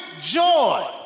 joy